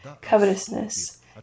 covetousness